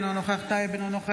אינה נוכחת ניסים ואטורי,